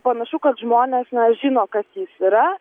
panašu kad žmonės na žino kas jis yra